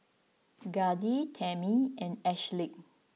Grady Tammy and Ashleigh